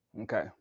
Okay